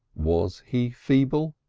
was he feeble?